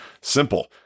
simple